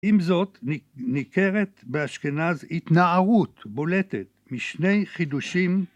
אם זאת ניכרת באשכנז התנערות בולטת משני חידושים